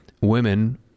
women